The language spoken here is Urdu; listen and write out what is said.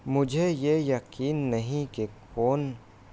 مجھے یہ یقین نہیں کہ کون